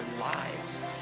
lives